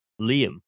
liam